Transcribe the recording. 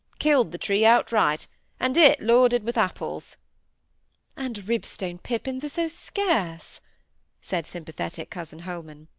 killed the tree outright and it loaded with apples and ribstone pippins are so scarce said sympathetic cousin holman.